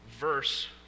verse